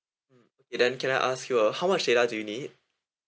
mm okay then can I ask you uh how much data do you need